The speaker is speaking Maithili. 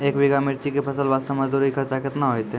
एक बीघा मिर्ची के फसल वास्ते मजदूरी खर्चा केतना होइते?